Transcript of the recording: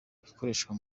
ikoreshwa